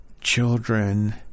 children